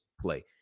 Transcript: play